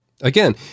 Again